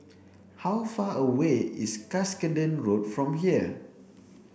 how far away is Cuscaden Road from here